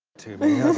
to me.